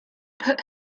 put